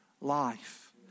life